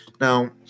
Now